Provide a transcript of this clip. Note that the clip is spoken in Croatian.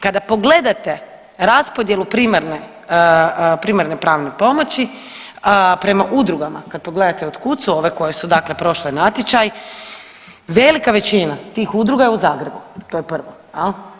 Kada pogledate raspodjelu primarne, primarne pravne pomoći, prema udrugama kad pogledate od kud su ove koje su dakle prošle natječaj, velika većina tih udruga je u Zagrebu, to je prvo jel.